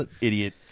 idiot